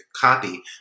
copy